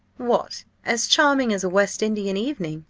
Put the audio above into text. what! as charming as a west indian evening?